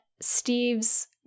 Steve's